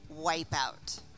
Wipeout